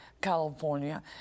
California